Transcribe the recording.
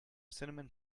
cinnamon